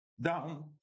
down